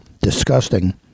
disgusting